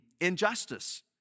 injustice